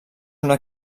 una